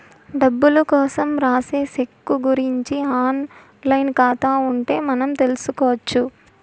డబ్బులు కోసం రాసే సెక్కు గురుంచి ఆన్ లైన్ ఖాతా ఉంటే మనం తెల్సుకొచ్చు